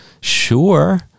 Sure